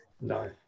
No